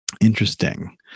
interesting